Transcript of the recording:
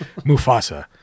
Mufasa